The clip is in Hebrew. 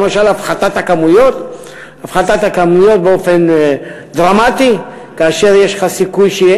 למשל הפחתת הכמויות באופן דרמטי כאשר יש סיכוי שיהיה